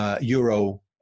Euro